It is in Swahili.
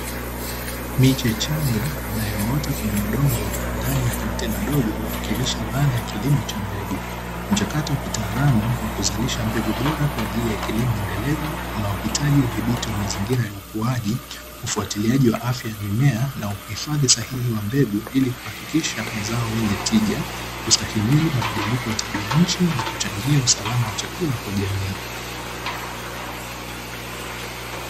Miche changa inayoota kwenye udongo ndani ya kontena dogo huwakilisha dhana ya kilimo cha mbegu, mchakato wa kitaalamu wa kuzarisha mbegu bora kwa ajili ya kilimo endelevu unaohitaji udhibiti wa mazingira ya ukuaji, ufatiliaji wa afya ya mimea na uhifadhi sahihi wa mbegu ili kuhakikisha mazao yenye tija kustahimili mabadiliko ya tabia ya nchi na kuchangia usalama wa chakula kwa jamii.